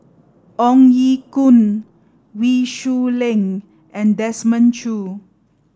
Ong Ye Kung Wee Shoo Leong and Desmond Choo